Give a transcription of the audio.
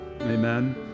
Amen